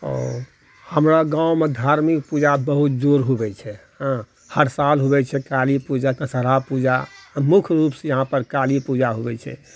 हमरा गाँवमे धार्मिक पूजा बहुत जोर हुवै छै हँ हर साल हुवै छै काली पूजा तऽ दशहरा पूजा मुख्य रूपसँ यहाँपर काली पूजा हुवै छै